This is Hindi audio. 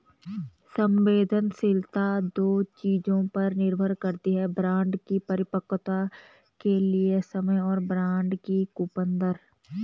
संवेदनशीलता दो चीजों पर निर्भर करती है बॉन्ड की परिपक्वता के लिए समय और बॉन्ड की कूपन दर